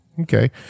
Okay